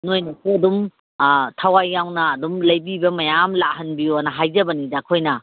ꯅꯣꯏꯅꯁꯨ ꯑꯗꯨꯝ ꯊꯋꯥꯏ ꯌꯥꯎꯅ ꯑꯗꯨꯝ ꯂꯩꯕꯤꯕ ꯃꯌꯥꯝ ꯂꯥꯛꯍꯟꯕꯤꯌꯣꯅ ꯍꯥꯏꯖꯕꯅꯤꯗ ꯑꯩꯈꯣꯏꯅ